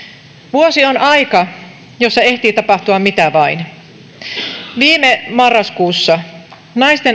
vuosi on aika jossa ehtii tapahtua mitä vain viime marraskuussa naisten